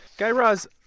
guy raz,